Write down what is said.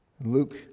Luke